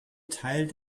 teil